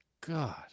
god